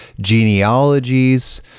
genealogies